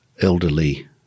elderly